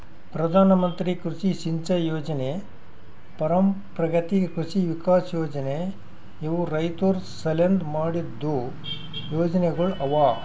ಪ್ರಧಾನ ಮಂತ್ರಿ ಕೃಷಿ ಸಿಂಚೈ ಯೊಜನೆ, ಪರಂಪ್ರಗತಿ ಕೃಷಿ ವಿಕಾಸ್ ಯೊಜನೆ ಇವು ರೈತುರ್ ಸಲೆಂದ್ ಮಾಡಿದ್ದು ಯೊಜನೆಗೊಳ್ ಅವಾ